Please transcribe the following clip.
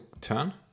turn